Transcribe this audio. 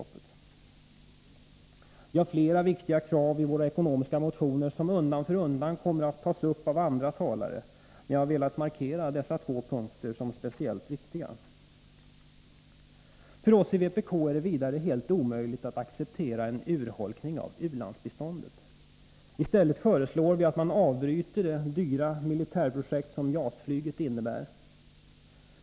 Vi har flera viktiga krav i våra ekonomiska motioner, som undan för undan kommer att tas upp av andra talare, men jag har velat markera dessa två punkter som speciellt viktiga. För oss i vpk är det helt omöjligt att acceptera en urholkning av u-landsbiståndet. I stället föreslår vi att man avbryter det dyra militärprojekt som JAS-flygplanet innebär.